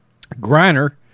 Griner